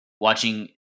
watching